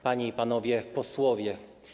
Panie i Panowie Posłowie!